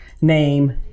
name